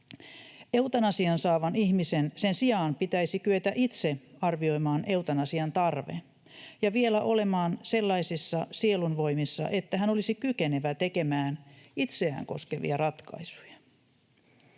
Eutanasian saavan ihmisen sen sijaan pitäisi kyetä itse arvioimaan eutanasian tarve ja vielä olemaan sellaisissa sielunvoimissa, että hän olisi kykenevä tekemään itseään koskevia ratkaisuja.